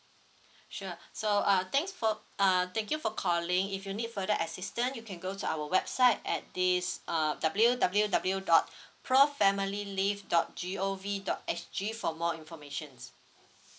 sure so uh thanks for uh thank you for calling if you need further assistance you can go to our website at this uh W W W dot pro family leave dot G O V dot S G for more informations